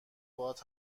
باهات